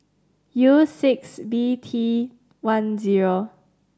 U six B T one zero